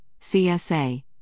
CSA